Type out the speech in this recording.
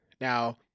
Now